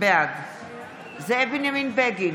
בעד זאב בנימין בגין,